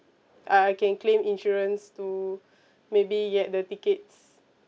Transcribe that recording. uh I can claim insurance to maybe get the tickets